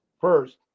first